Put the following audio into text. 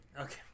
Okay